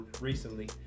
recently